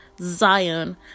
zion